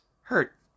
hurt